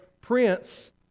prince